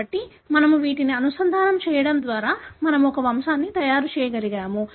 కాబట్టి మనము వీటిని అనుసంధానం చేయడం ద్వారా మనము ఒక వంశాన్ని తయారు చేయగలము